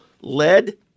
lead